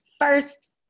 first